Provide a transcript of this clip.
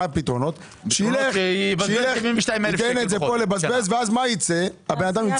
מה הפתרונות שייתן את זה לבזבז ואז האדם נמצא